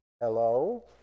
hello